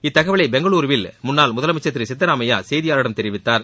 இத்தகவலை பெங்களூருவில் முன்னாள் முதலமைச்சர் திரு சித்தராமையா செய்தியாளர்களிடம் தெரிவித்தார்